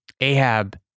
Ahab